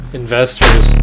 investors